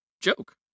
joke